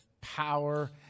power